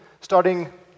starting